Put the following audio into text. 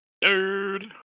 Dude